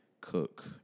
cook